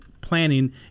planning